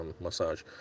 massage